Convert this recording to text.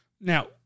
Now